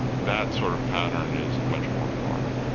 that sort of pattern is much more alarming.